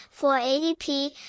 480p